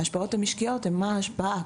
ההשפעות המשקיות הן מה ההשפעה